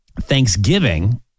Thanksgiving